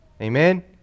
Amen